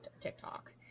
TikTok